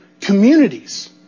communities